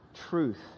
truth